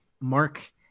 Mark